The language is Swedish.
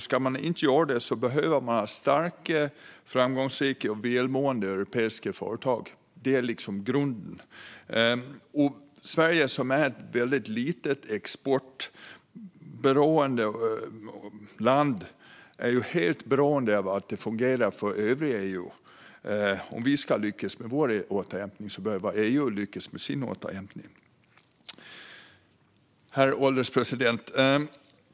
Ska man inte göra det behöver man ha starka, framgångsrika och välmående europeiska företag. Det är liksom grunden. Sverige som är ett väldigt litet och exportberoende land är helt beroende av att det fungerar för övriga EU. Om vi ska lyckas med vår återhämtning behöver EU lyckas med sin återhämtning. Herr ålderspresident!